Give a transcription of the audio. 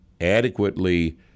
adequately